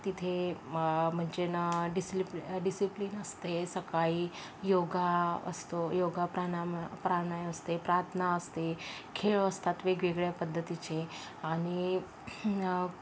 तिथे म्ह म्हणजे ना डिसिप्लि डिसिप्लिन असते सकाळी योगा असतो योगा प्राना प्राणायम असते प्रार्थना असते खेळ असतात वेगवेगळ्या पद्धतीचे आणि